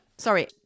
Sorry